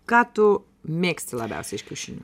ką tu mėgsti labiausiai iš kiaušinių